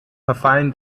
verfallen